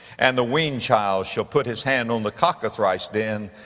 and the weaned child shall put his hand on the cockatrice den.